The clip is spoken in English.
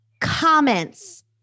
comments